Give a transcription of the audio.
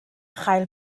chael